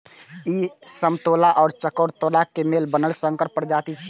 ई समतोला आ चकोतराक मेल सं बनल संकर प्रजाति छियै